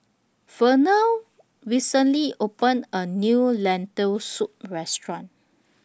Vernal recently opened A New Lentil Soup Restaurant